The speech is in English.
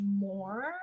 more